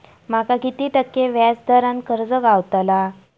माका किती टक्के व्याज दरान कर्ज गावतला?